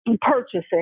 purchasing